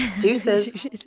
deuces